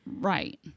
Right